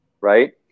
right